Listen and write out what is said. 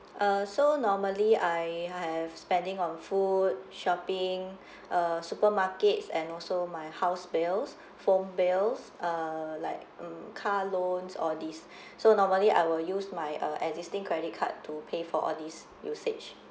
uh so normally I have spending on food shopping uh supermarkets and also my house bills phone bills uh like mm car loans all these so normally I will use my uh existing credit card to pay for all these usage